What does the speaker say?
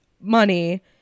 money